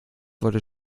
wollte